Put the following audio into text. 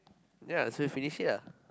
ya so finish it ah